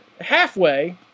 halfway